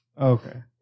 Okay